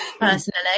personally